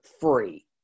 free